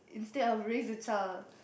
instead of raise a child